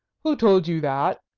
who told you that?